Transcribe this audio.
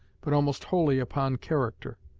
but almost wholly upon character.